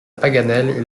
paganel